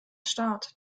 staat